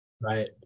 Right